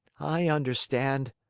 i understand,